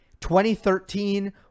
2013